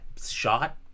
shot